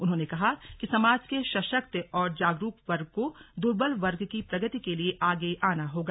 उन्होंने कहा कि समाज के सशक्त और जागरुक वर्ग को दुर्बल वर्ग की प्रगति के लिए आगे आना होगा